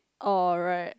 oh right